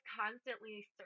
constantly